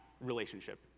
relationship